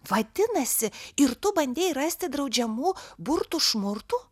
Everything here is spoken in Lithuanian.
vadinasi ir tu bandei rasti draudžiamų burtų šmurtų